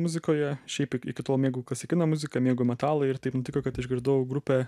muzikoje šiaip iki iki tol mėgau klasikinę muziką mėgau metalą ir taip nutiko kad išgirdau grupę